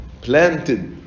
planted